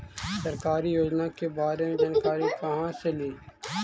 सरकारी योजना के बारे मे जानकारी कहा से ली?